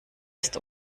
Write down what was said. ist